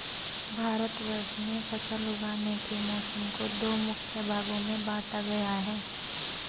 भारतवर्ष में फसल उगाने के मौसम को दो मुख्य भागों में बांटा गया है